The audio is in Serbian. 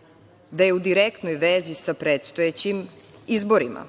odlaganje u direktnoj vezi sa predstojećim izborima.